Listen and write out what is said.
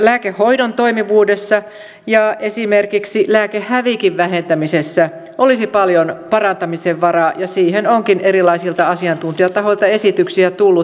lääkehoidon toimivuudessa ja esimerkiksi lääkehävikin vähentämisessä olisi paljon parantamisen varaa ja siihen onkin erilaisilta asiantuntijatahoilta esityksiä tullut